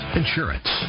insurance